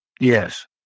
Yes